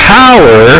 power